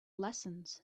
lessons